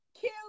kill